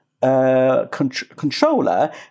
Controller